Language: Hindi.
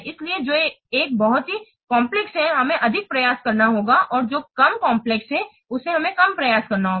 इसलिए जो एक बहुत ही काम्प्लेक्स है हमें अधिक प्रयास करना होगा और जो एक कम काम्प्लेक्स है उसे हमें कम प्रयास करना होगा